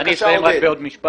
בבקשה, עודד.